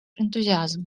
энтузиазм